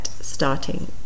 starting